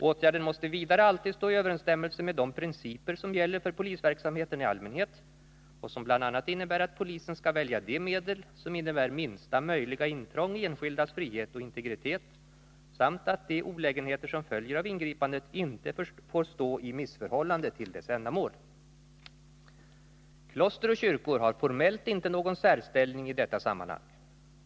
Åtgärden måste vidare alltid stå i överensstämmelse med de principer som gäller för polisverksamheten i allmänhet och som bl.a. innebär att polisen skall välja det medel som innebär minsta möjliga intrång i enskildas frihet och integritet samt att de olägenheter som följer av ingripandet inte får stå i missförhållande till dess ändamål. Kloster och kyrkor har formellt inte någon särställning i detta sammanhang.